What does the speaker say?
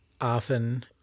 often